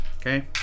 Okay